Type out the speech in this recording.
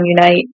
Unite